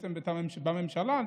בעצם בממשלה,